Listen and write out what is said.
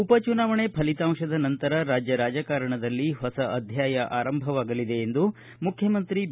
ಉಪ ಚುನಾವಣೆ ಫಲಿತಾಂತದ ನಂತರ ರಾಜ್ಜ ರಾಜಕಾರಣದಲ್ಲಿ ಹೊಸ ಅಧ್ಯಾಯ ಆರಂಭವಾಗಲಿದೆ ಎಂದು ಮುಖ್ಯಮಂತ್ರಿ ಬಿ